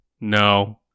No